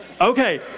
Okay